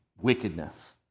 wickedness